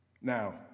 Now